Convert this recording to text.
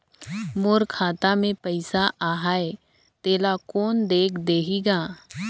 मोर खाता मे पइसा आहाय तेला कोन देख देही गा?